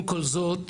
עם כל זאת,